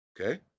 okay